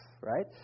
right